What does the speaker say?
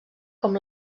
com